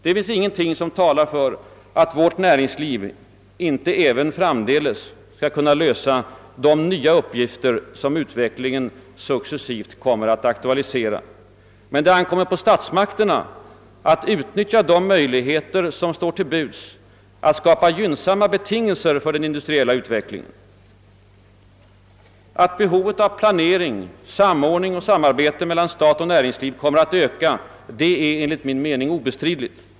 Det finns ingenting som talar för att vårt näringsliv inte även framdeles skall kunna lösa de nya uppgifter som utvecklingen successivt kommer att aktualisera. Men det ankommer på statsmakterna att utnyttja de möjligheter som står till buds att skapa gynnsamma betingelser för den industriella utvecklingen. Att behovet av planering, samordning och 'samarbete mellan stat och näringsliv kommer att öka är enligt min mening obestridligt.